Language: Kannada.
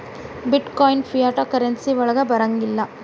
ಬಿಟ್ ಕಾಯಿನ್ ಫಿಯಾಟ್ ಕರೆನ್ಸಿ ವಳಗ್ ಬರಂಗಿಲ್ಲಾ